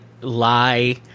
lie